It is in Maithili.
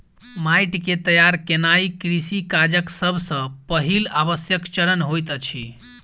माइट के तैयार केनाई कृषि काजक सब सॅ पहिल आवश्यक चरण होइत अछि